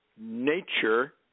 nature